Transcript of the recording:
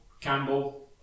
Campbell